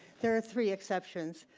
there are three exceptions.